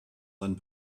seinen